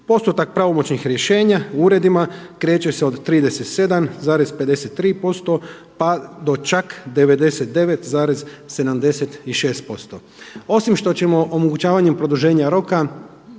Postotak pravomoćnih rješenja u uredima kreće se od 37,53%, pa do čak 99,76%. Osim što ćemo omogućavanjem produženja roka